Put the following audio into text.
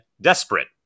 desperate